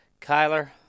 Kyler